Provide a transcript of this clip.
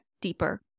deeper